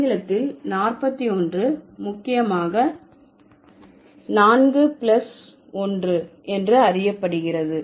ஆங்கிலத்தில் நாற்பத்து ஒன்று முக்கியமாக நான்கு பிளஸ் ஒன்று என்று அறியப்படுகிறது